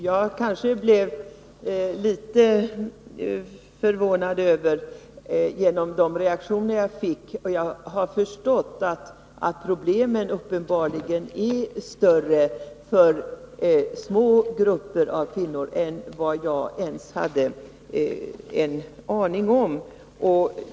Jag blev dock litet förvånad över de reaktioner jag fick, och jag har förstått att problemen för små grupper av kvinnor uppenbarligen är större än vad jag hade insett.